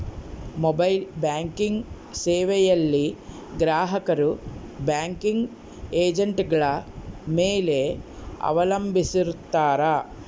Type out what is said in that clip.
mobile banking ಸೇವೆಯಲ್ಲಿ ಗ್ರಾಹಕರು banking ಏಜೆಂಟ್ಗಳ ಮೇಲೆ ಅವಲಂಬಿಸಿರುತ್ತಾರ